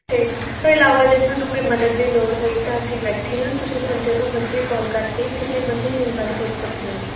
ਤੋਂ ਇਲਾਵਾ ਜੇ ਤੁਹਾਨੂੰ ਕੋਈ ਮਦਦ ਦੀ ਲੋੜ ਹੋਈ ਤਾਂ ਅਸੀਂ ਬੈਠੇ ਹਾਂ ਤੁਸੀਂ ਸਾਨੂੰ ਜਦੋਂ ਮਰਜ਼ੀ ਕਾਲ ਕਰਕੇ ਕਿਸੇ ਮਰਜ਼ੀ ਚੀਜ਼ ਬਾਰੇ ਪੁੱਛ ਸਕਦੇ ਹੋ